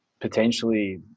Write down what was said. potentially